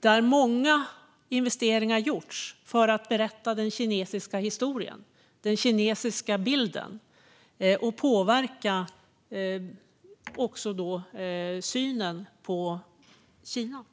där många investeringar har gjorts för att berätta den kinesiska historien, den kinesiska bilden, vilket påverkar synen på Kina.